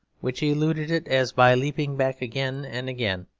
which eluded it as by leaping back again and again.